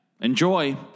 Enjoy